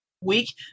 week